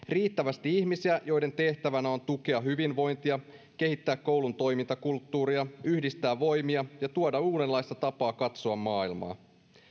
riittävästi ihmisiä joiden tehtävänä on tukea hyvinvointia kehittää koulun toimintakulttuuria yhdistää voimia ja tuoda uudenlaista tapaa katsoa maailmaa